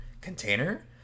container